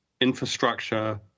infrastructure